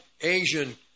Asian